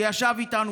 שישב איתנו,